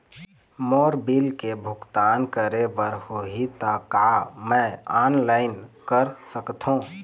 मोर bill के भुगतान करे बर होही ता का मैं ऑनलाइन कर सकथों?